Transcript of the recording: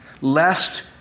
Lest